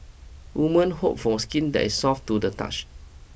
women hope for skin that is soft to the touch